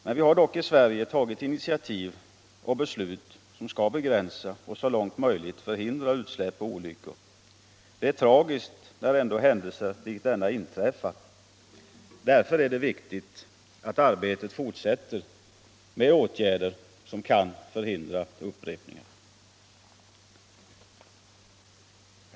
Men vi har ändå i Sverige tagit initiativ och fattat beslut, som skall begränsa och så långt som möjligt förhindra utsläpp och olyckor. Det är tragiskt när ändå händelser av denna typ inträffar. Därför är det viktigt att man fortsätter det arbete som kan komma att förhindra upprepningar av vad som har 183 inträffat.